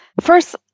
First